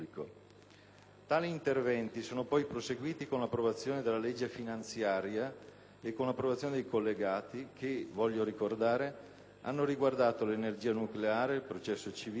Tali interventi sono poi proseguiti con l'approvazione della legge finanziaria e dei collegati che, voglio ricordare, hanno riguardato l'energia nucleare, il processo civile,